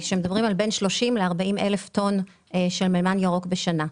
מדברים על בין 30,000 ל-40,000 טון של מימן ירוק בשנה.